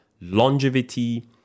longevity